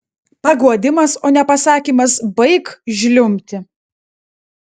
paguodimas o ne pasakymas baik žliumbti